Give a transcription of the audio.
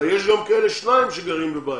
יש מתוכם גם שניים שגרים בבית.